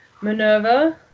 Minerva